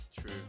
true